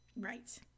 Right